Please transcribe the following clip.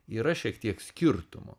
yra šiek tiek skirtumų